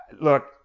look